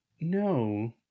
No